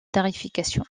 tarification